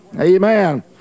Amen